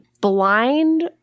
blind